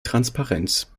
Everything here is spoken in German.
transparenz